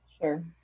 Sure